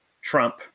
Trump